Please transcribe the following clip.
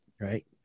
right